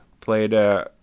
played